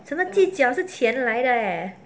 什么计较是钱来的 leh